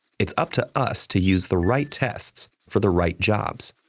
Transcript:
it's up to us to use the right tests for the right jobs,